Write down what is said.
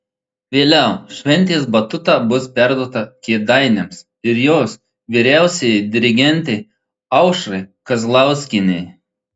vėliau šventės batuta bus perduota kėdainiams ir jos vyriausiajai dirigentei aušrai kazlauskienei